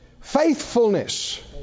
faithfulness